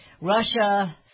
Russia